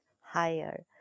higher